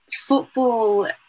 football